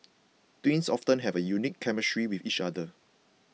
twins often have a unique chemistry with each other